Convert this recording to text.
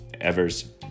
Evers